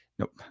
Nope